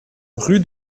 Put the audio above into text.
rue